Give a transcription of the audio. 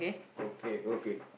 okay okay